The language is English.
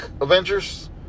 Avengers